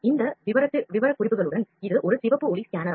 இந்த விவரக்குறிப்புகளுடன் இது ஒரு சிவப்பு ஒளி ஸ்கேனர் ஆகும்